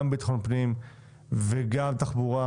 גם המשרד לביטחון פנים וגם משרד התחבורה,